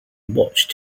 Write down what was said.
watched